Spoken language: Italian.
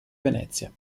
venezia